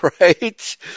right